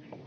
Arvoisa